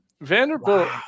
Vanderbilt